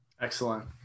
Excellent